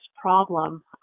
problem